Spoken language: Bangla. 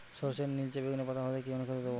সরর্ষের নিলচে বেগুনি পাতা হলে কি অনুখাদ্য দেবো?